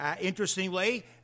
interestingly